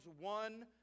one